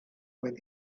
when